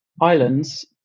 islands